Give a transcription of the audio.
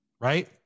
right